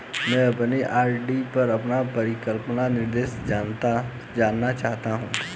मैं अपनी आर.डी पर अपना परिपक्वता निर्देश जानना चाहती हूँ